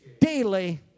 daily